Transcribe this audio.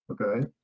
okay